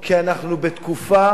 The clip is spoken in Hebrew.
כי אנחנו בתקופה